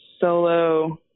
solo